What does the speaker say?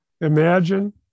Imagine